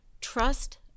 Trust